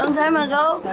um time ago,